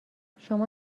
شما